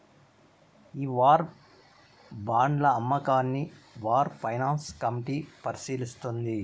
ఈ వార్ బాండ్ల అమ్మకాన్ని వార్ ఫైనాన్స్ కమిటీ పరిశీలిస్తుంది